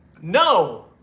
no